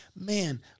Man